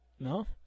No